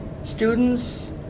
Students